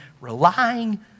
relying